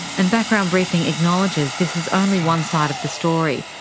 and background briefing acknowledges this is only one side of the story.